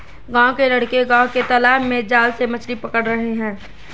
गांव के लड़के गांव के तालाब में जाल से मछली पकड़ रहे हैं